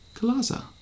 Kalaza